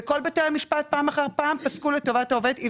ובכל בתי המשפט פעם אחר פעם פסקו לטובת העובדת.